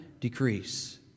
decrease